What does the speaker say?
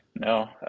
no